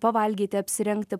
pavalgyti apsirengti